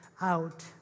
out